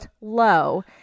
low